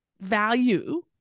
value